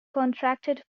contracted